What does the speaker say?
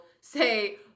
say